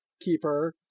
Keeper